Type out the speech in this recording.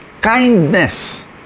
kindness